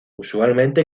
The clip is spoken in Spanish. usualmente